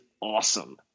awesome